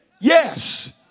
Yes